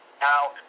Now